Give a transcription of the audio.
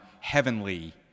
heavenly